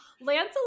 lancelot